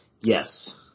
Yes